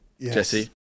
Jesse